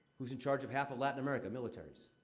who's in charge of half of latin america? militaries.